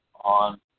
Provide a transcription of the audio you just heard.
on